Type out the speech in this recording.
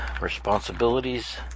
responsibilities